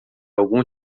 algum